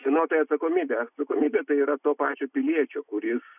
kieno tai atsakomybė atsakomybė tai yra to pačio piliečio kuris